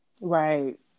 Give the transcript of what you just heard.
right